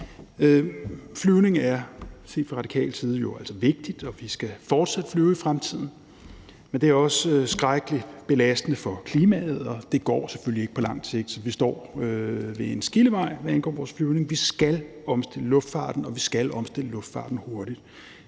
Flyvning er set fra Radikales side jo altså vigtigt, og vi skal fortsat flyve i fremtiden. Men det er også skrækkelig belastende for klimaet, og det går selvfølgelig ikke på lang sigt, så vi står ved en skillevej, hvad angår vores flyvning. Vi skal omstille luftfarten, og vi skal omstille luftfarten hurtigt.